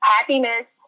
Happiness